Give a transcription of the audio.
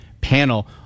panel